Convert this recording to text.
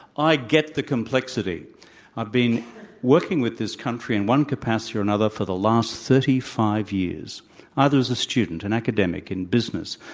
i get the complexity of being working with this country in one capacity or another for the last thirty five either as a student, an academic, in business,